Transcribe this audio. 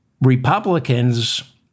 Republicans